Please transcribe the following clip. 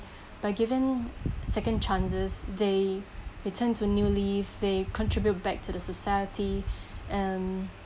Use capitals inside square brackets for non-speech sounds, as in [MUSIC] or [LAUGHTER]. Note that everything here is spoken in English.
by given second chances they they turn to new leaf they contribute back to the society [BREATH] um